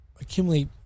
accumulate